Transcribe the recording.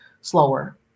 slower